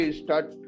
start